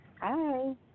Hi